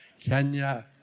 Kenya